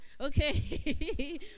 okay